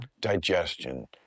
digestion